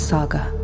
Saga